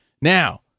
Now